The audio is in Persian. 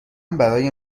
برای